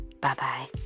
Bye-bye